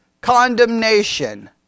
condemnation